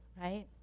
Right